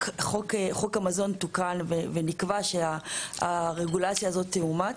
המזון תוקן ונקבע שהרגולציה הזאת תאומץ,